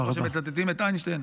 כמו שמצטטים את איינשטיין.